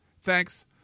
Thanks